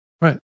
Right